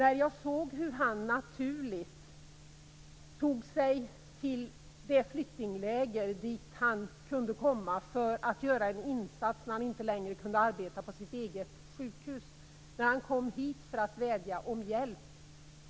Han tog sig naturligt till de flyktingläger dit han kunde komma för att göra en insats när han inte längre kunde vara på sitt eget sjukhus, och han kom hit för att vädja om hjälp.